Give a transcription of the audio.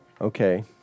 Okay